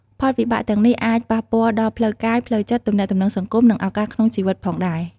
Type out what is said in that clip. ផលវិបាកទាំងនេះអាចប៉ះពាល់ដល់ផ្លូវកាយ ផ្លូវចិត្ត ទំនាក់ទំនងសង្គម និងឱកាសក្នុងជីវិតផងដែរ។